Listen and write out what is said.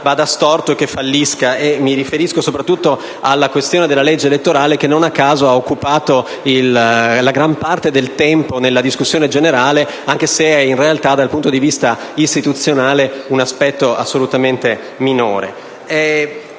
vada storto e che fallisca. Mi riferisco soprattutto alla questione della legge elettorale, che, non a caso, ha occupato gran parte del tempo della discussione generale, anche se, in realtà, dal punto di vista istituzionale è un aspetto assolutamente minore.